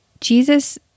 Jesus